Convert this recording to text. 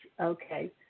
Okay